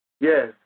Yes